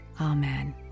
amen